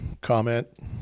comment